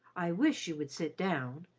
i wish you would sit down,